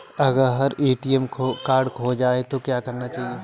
अगर ATM card खो जाए तो क्या करना चाहिए?